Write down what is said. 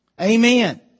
Amen